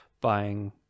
buying